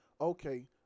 okay